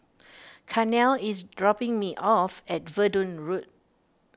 Carnell is dropping me off at Verdun Road